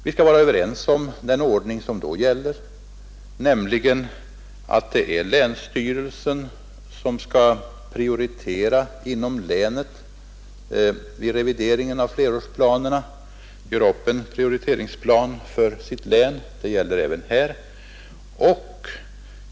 Vi skall då komma ihåg den ordning som därvid gäller, nämligen att det är länsstyrelsen som skall göra prioriteringen inom länet vid revideringen av flerårsplanerna och upprätta en flerårsplan för sitt län. Det gäller även här.